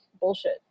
bullshit